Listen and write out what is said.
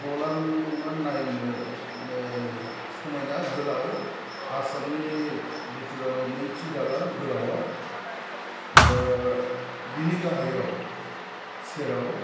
दलां नायनो नों समायना गोलाव आसामनि बिथोराव नैथि दालां गोलावा दा बिनि गाहायाव सेराव